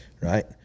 right